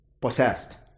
possessed